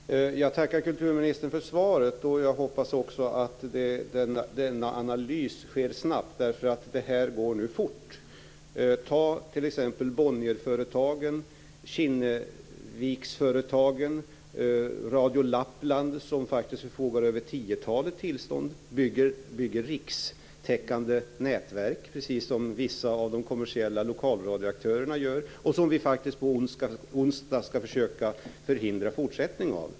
Fru talman! Jag tackar kulturministern för svaret. Jag hoppas också att denna analys sker snabbt, för det här går nu fort. Ta t.ex. Bonnierföretagen och Kinneviksföretagen. Ta Radio Lappland, som faktiskt förfogar över tiotalet tillstånd och som bygger rikstäckande nätverk precis som vissa av de kommersiella lokalradioaktörerna gör, något som vi på onsdag faktiskt ska försöka hindra fortsättningen av.